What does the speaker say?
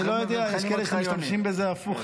אני לא יודע, אבל יש כאלה שמשתמשים בזה הפוך.